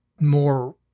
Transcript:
more